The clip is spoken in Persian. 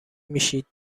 میشید